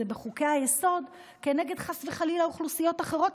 בחוקי-היסוד כנגד חס וחלילה אוכלוסיות אחרות,